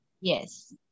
Yes